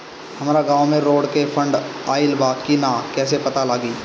हमरा गांव मे रोड के फन्ड आइल बा कि ना कैसे पता लागि?